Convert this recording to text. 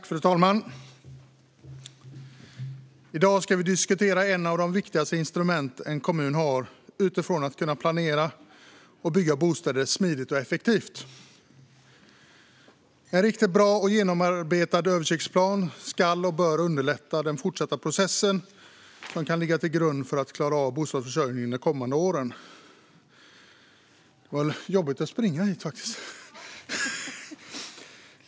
Fru talman! I dag ska vi diskutera ett av de viktigaste instrumenten en kommun har när det gäller att planera och bygga bostäder smidigt och effektivt. En riktigt bra och genomarbetad översiktsplan ska och bör underlätta den fortsatta process som ska ligga till grund för att klara bostadsförsörjningen de kommande åren.